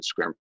Instagram